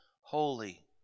holy